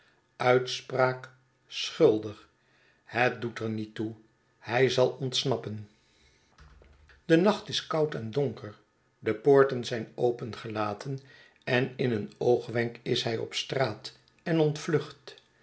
uitspraak schuldig het doet er niet toe hij zal ontsnappen de nacht is koud en donker de poorten zijn opengelaten en in een oogwenk is hij op straat en ontvlucht